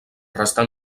restà